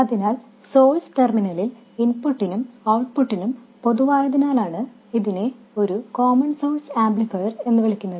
അതിനാൽ source terminal ഇൻപുട്ടിനും ഔട്ട്പുട്ടിനും പൊതുവായതിനാലാണ് ഇതിനെ ഒരു കോമൺ സോഴ്സ് ആംപ്ലിഫയർ എന്ന് വിളിക്കുന്നത്